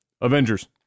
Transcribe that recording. Avengers